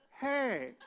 Hey